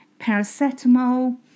paracetamol